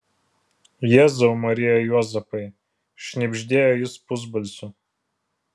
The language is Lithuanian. jėzau marija juozapai šnibždėjo jis pusbalsiu